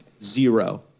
Zero